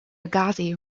agassiz